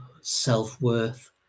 self-worth